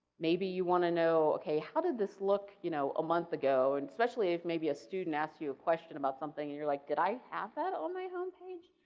maybe you want to know, okay, how did this look you know a month ago and especially if maybe a student ask you a question about something and you like did i have that on my home page?